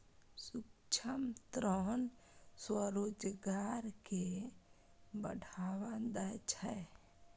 सूक्ष्म ऋण स्वरोजगार कें बढ़ावा दै छै